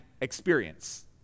experience